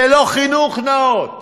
ללא חינוך נאות,